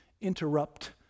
interrupt